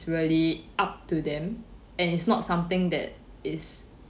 really up to them and it's not something that is